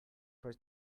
for